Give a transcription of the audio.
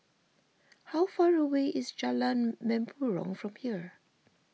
how far away is Jalan Mempurong from here